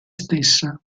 stessa